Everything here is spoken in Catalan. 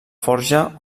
forja